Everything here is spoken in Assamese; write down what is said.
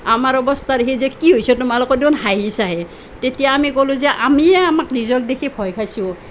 আমাৰ অৱস্থা দেখি যে কি হৈছে তোমালোকেচোন হাঁহিছাহে তেতিয়া আমি ক'লোঁ যে আমিয়ে আমাক নিজক দেখি ভয় খাইছোঁ